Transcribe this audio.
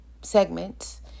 segments